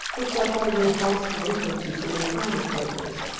looks like one of those boston infants you see in the comic papers.